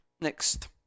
Next